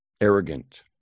arrogant